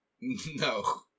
No